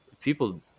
people